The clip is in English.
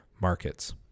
markets